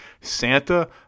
santa